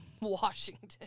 Washington